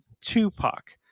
Tupac